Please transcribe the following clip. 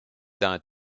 d’un